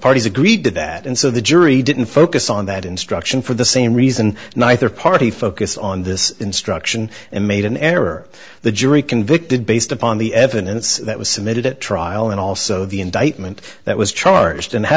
parties agreed to that and so the jury didn't focus on that instruction for the same reason neither party focus on this instruction and made an error the jury convicted based upon the evidence that was submitted at trial and also the indictment that was charged and how